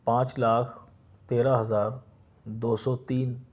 پانچ لاکھ تیرہ ہزار دو سو تین